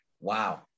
Wow